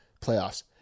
playoffs